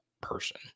person